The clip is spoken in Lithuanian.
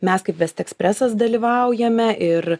mes kaip vestekspresas dalyvaujame ir